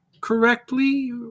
correctly